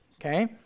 Okay